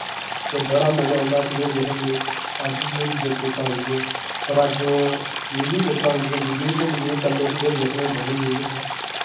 ते बड़ा मजा औंदा संतोलिया खेलने अज्ज बी ओह् चीजां चेत्ता औंदियां पर अज्ज ओह् मिगी चेत्ता औंदियां दुए भुल्लदियां कल्ले संतोलिया खलोंदा निं नेईं किश